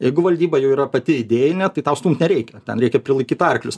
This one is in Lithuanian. jeigu valdyba jau yra pati idėjinė tai tau stumt nereikia tam reikia prilaikyt arklius